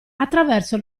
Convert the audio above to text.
attraverso